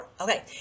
Okay